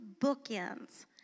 bookends